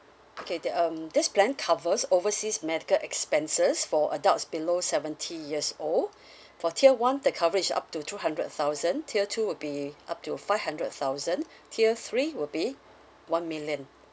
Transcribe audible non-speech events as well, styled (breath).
okay that um this plan covers overseas medical expenses for adults below seventy years old (breath) for tier one the coverage up to two hundred thousand tier two would be up to five hundred thousand tier three would be one million